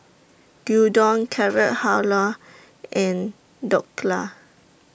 Gyudon Carrot Halwa and Dhokla